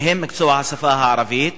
וביניהם מקצוע השפה הערבית.